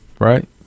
right